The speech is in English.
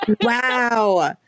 Wow